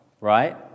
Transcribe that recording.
right